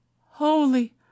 Holy